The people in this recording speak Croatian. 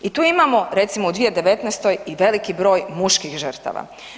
I tu imamo recimo u 2019.-toj i veliki broj muških žrtava.